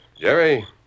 Jerry